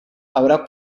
habrá